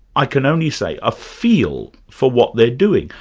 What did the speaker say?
i can only say, a feel for what they're doing,